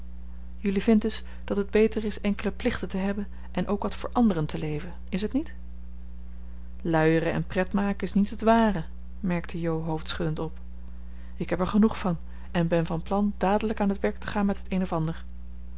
dus dat het beter is enkele plichten te hebben en ook wat voor anderen te leven is t niet luieren en pretmaken is niet het ware merkte jo hoofdschuddend op ik heb er genoeg van en ben van plan dadelijk aan t werk te gaan met het